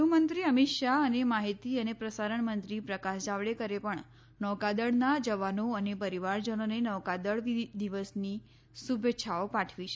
ગૃહમંત્રી અમિત શાહ અને માહિતી અને પ્રસારણ મંત્રી પ્રકાશ જાવડેકરે પણ નૌકાદળના જવાનો અને પરિવારજનોને નૌકાદળ દિવસની શુભેચ્છાઓ પાઠવી છે